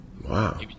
Wow